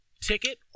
ticket